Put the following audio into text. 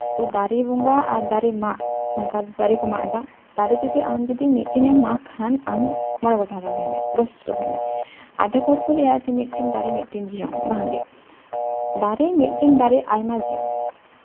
ᱛᱳ ᱫᱟᱨᱮ ᱵᱚᱸᱜᱟ ᱟᱨ ᱫᱟᱨᱮ ᱢᱟᱜ ᱱᱮᱛᱟᱨ ᱫᱟᱨᱮ ᱠᱚ ᱢᱟᱜ ᱮᱫᱟ ᱫᱟᱨᱮ ᱡᱩᱫᱤ ᱟᱢ ᱡᱩᱫᱤ ᱢᱤᱫᱴᱮᱱ ᱮᱢ ᱢᱟᱜ ᱠᱷᱟᱱ ᱟᱢ ᱢᱚᱬᱮ ᱜᱚᱴᱟᱱ ᱨᱚᱦᱚᱭ ᱢᱮ ᱫᱚᱥᱴᱤ ᱨᱚᱦᱚᱭ ᱢᱮ ᱟᱫᱷᱮᱠ ᱦᱚᱲᱠᱚ ᱞᱟᱹᱭᱟ ᱢᱤᱫᱴᱮ ᱫᱟᱨᱮ ᱢᱤᱫᱴᱮᱱ ᱡᱤᱭᱚᱱ ᱵᱟᱝᱜᱮ ᱫᱟᱨᱮ ᱢᱤᱫᱴᱤᱱ ᱫᱟᱨᱮ ᱟᱭᱢᱟ ᱡᱤᱭᱚᱱ